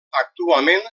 actualment